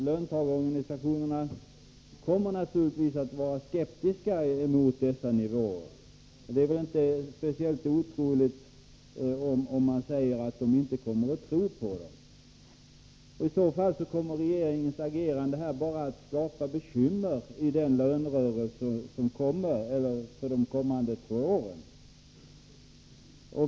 Löntagarorganisationerna kommer att vara skeptiska mot dessa nivåer. Det är inte speciellt otroligt att löntagarna inte kommer att tro på dem. I så fall kommer regeringens agerande bara att skapa bekymmer i lönerörelserna under de kommande två åren.